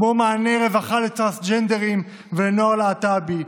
כמו מעני רווחה לטרנסג'נדרים ולנוער להט"בי,